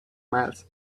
miles